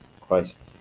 Christ